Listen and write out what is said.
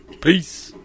Peace